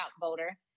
voter